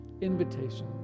invitation